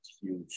huge